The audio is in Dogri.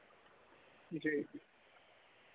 जी